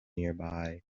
nearby